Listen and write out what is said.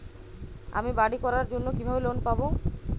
আমি বাড়ি করার জন্য কিভাবে লোন পাব?